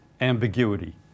ambiguity